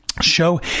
Show